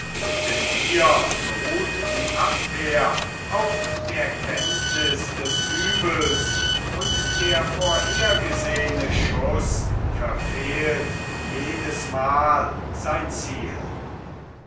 denn hier beruht die abwehr auf der kenntniß des uebels und der vorhergesehene schuß verfehlt jedesmal sein ziel